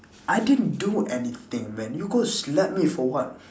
I didn't do anything man you go slap me for what